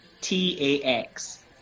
T-A-X